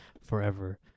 forever